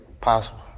possible